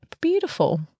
Beautiful